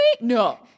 No